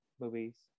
movies